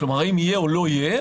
אם יהיה או לא יהיה.